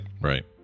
Right